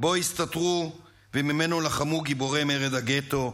שבו הסתתרו וממנו לחמו גיבורי מרד הגטו,